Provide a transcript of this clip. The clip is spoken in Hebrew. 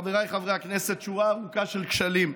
חבריי חברי הכנסת, שורה ארוכה של כשלים,